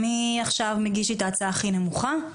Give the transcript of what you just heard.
מי עכשיו מגיש לי את ההצעה הכי נמוכה?